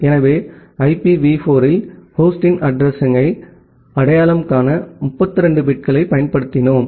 எனவே IPv4 இல் ஹோஸ்டின் அட்ரஸிங்யை அடையாளம் காண 32 பிட்களைப் பயன்படுத்தினோம்